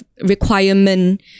requirement